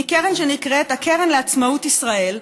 מקרן שנקראת "הקרן לעצמאות ישראל",